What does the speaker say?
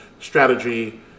strategy